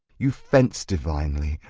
you fence divinely.